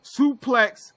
suplex